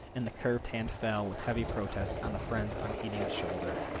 and the curved hand fell with heavy protest on the friend's unheeding shoulder.